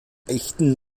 echten